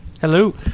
Hello